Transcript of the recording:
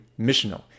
missional